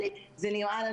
זה המצב.